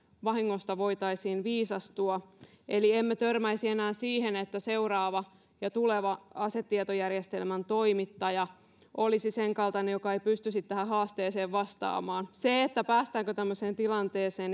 vahingosta voitaisiin viisastua eli emme törmäisi enää siihen että seuraava ja tuleva asetietojärjestelmän toimittaja olisi senkaltainen joka ei pystyisi tähän haasteeseen vastaamaan se päästäänkö tämmöiseen tilanteeseen